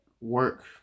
work